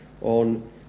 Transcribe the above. on